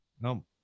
no